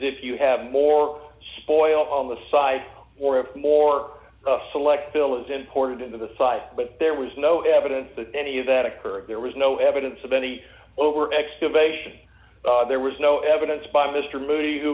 if you have more soil on the side or if more select bill is imported into the site but there was no evidence that any of that occurred there was no evidence of any overt excavation there was no evidence by mr moody who